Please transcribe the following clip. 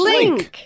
Link